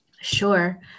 Sure